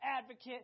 advocate